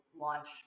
launch